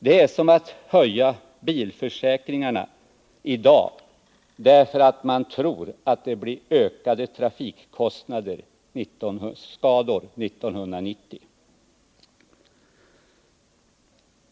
Det är som att höja bilförsäkringarna i dag därför att man tror att det blir ökade trafikskador 1990.